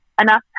enough